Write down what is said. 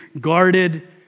guarded